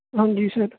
ਹਾਂਜੀ ਸਰ